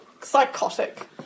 psychotic